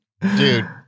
Dude